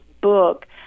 book